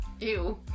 Ew